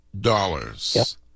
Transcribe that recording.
dollars